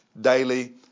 daily